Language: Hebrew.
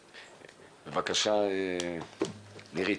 בבקשה, נירית.